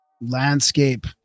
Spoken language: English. landscape